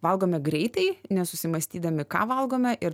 valgome greitai nesusimąstydami ką valgome ir